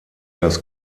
das